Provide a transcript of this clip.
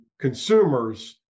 consumers